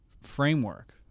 framework